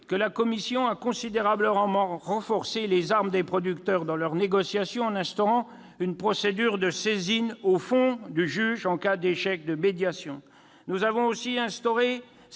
La commission a considérablement renforcé les armes des producteurs dans leurs négociations, en instaurant une procédure de saisine au fond du juge en cas d'échec de médiation. Nous avons aussi instauré